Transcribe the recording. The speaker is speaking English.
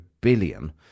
billion